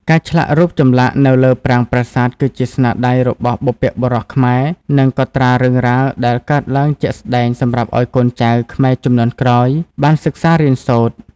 ការឆ្លាក់រូបចម្លាក់នៅលើប្រាង្គប្រាសាទគឺជាស្នាដៃរបស់បុព្វបុរសខ្មែរនិងកត់ត្រារឿងរ៉ាវដែលកើតឡើងជាក់ស្តែងសម្រាប់ឲ្យកូនចៅខ្មែរជំនាន់ក្រោយបានសិក្សារៀនសូត្រ។